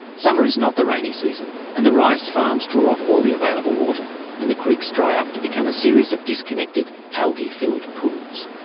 summer is not the rainy season and the rice farms draw off all the available water and the creeks dry up to become a series of disconnected, algae filled pools.